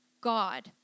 God